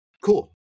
cool